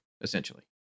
essentially